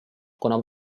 kuna